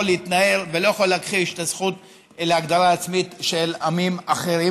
להתנער ולא יכול להכחיש את הזכות להגדרה עצמית של עמים אחרים,